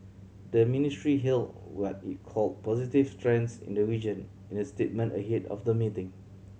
the ministry hailed what it called positive trends in the region in a statement ahead of the meeting